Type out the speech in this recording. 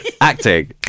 Acting